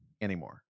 anymore